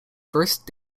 first